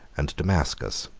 and damascus.